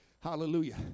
Hallelujah